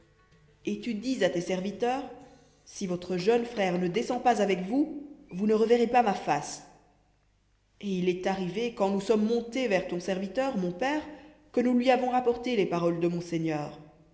et tu dis à tes serviteurs si votre jeune frère ne descend pas avec vous vous ne reverrez pas ma face et il est arrivé quand nous sommes montés vers ton serviteur mon père que nous lui avons rapporté les paroles de mon seigneur